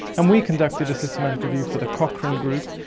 and we conducted a systematic review for the cochrane group.